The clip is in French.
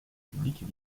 publiques